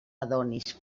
adonis